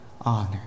honor